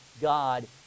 God